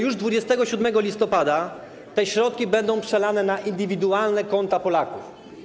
Już 27 listopada te środki będą przelane na indywidualne konta Polaków.